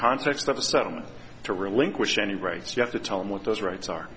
context of a settlement to relinquish any rights you have to tell him what those rights are